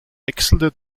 wechselte